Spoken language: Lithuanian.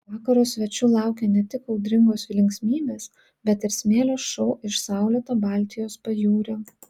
vakaro svečių laukė ne tik audringos linksmybės bet ir smėlio šou iš saulėto baltijos pajūrio